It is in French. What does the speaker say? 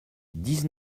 dix